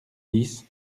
dix